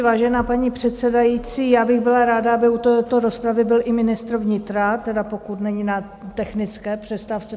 Vážená paní předsedající, byla bych ráda, aby u této rozpravy byl i ministr vnitra, tedy pokud není na technické přestávce.